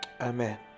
Amen